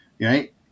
Right